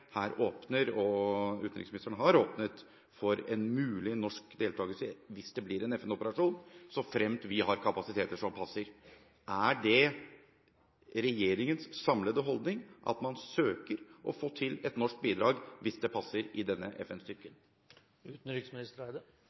Her åpnes det, og utenriksministeren har åpnet, for en mulig norsk deltakelse – hvis det blir en FN-operasjon og såfremt vi har kapasiteter som passer. Er det regjeringens samlede holdning at man søker å få til et norsk bidrag, hvis det passer, i denne